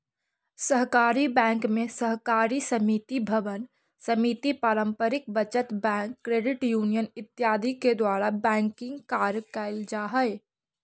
सहकारी बैंक में सहकारी समिति भवन समिति पारंपरिक बचत बैंक क्रेडिट यूनियन इत्यादि के द्वारा बैंकिंग कार्य कैल जा हइ